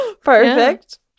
Perfect